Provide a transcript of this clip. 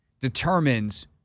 determines